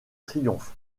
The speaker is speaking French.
triomphe